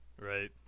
right